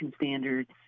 standards